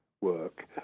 work